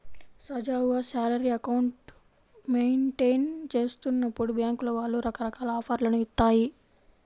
సజావుగా salary account maintain చేస్తున్నప్పుడు బ్యేంకుల వాళ్ళు రకరకాల ఆఫర్లను ఇత్తాయి